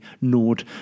Nord